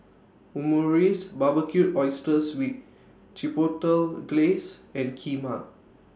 Omurice Barbecued Oysters with Chipotle Glaze and Kheema